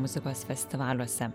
muzikos festivaliuose